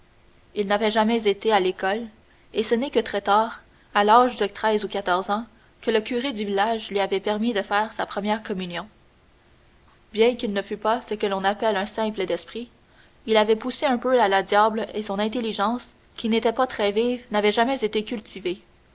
il n'avait jamais été à l'école et ce n'est que très tard à l'âge de treize ou quatorze ans que le curé du village lui avait permis de faire sa première communion bien qu'il ne fût pas ce que l'on appelle un simple d'esprit il avait poussé un peu à la diable et son intelligence qui n'était pas très vive n'avait jamais été cultivée